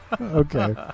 Okay